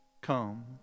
come